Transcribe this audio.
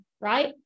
right